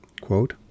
Quote